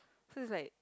so it's like